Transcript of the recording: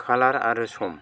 खालार आरो सम